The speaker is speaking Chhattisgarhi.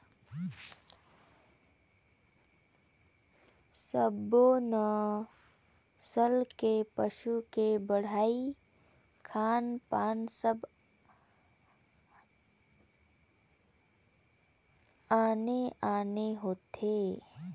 सब्बो नसल के पसू के बड़हई, खान पान सब आने आने होथे